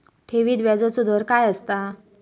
ठेवीत व्याजचो दर काय असता?